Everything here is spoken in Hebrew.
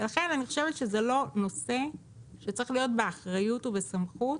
לכן אני חושבת שזה לא נושא שצריך להיות באחריות ובסמכות